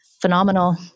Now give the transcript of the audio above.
phenomenal